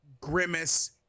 grimace